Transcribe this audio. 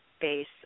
base